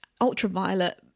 ultraviolet